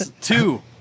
two